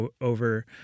over